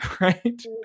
right